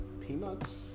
peanuts